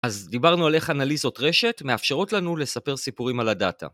אז דיברנו על איך אנליזות רשת מאפשרות לנו לספר סיפורים על הדאטה.